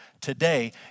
today